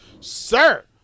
Sir